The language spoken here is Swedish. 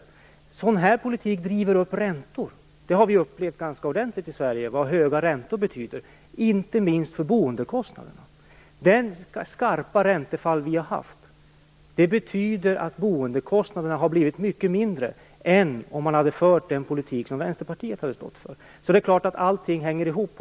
Sådan politik driver upp räntor. Vi har upplevt vad höga räntor betyder, inte minst för boendekostnaderna, ganska ordentligt i Sverige. Det skarpa räntefallet har betytt att boendekostnaderna har blivit mycket lägre än vad de hade varit om man hade fört den politik som Vänsterpartiet står för. Det är klart att allting hänger ihop.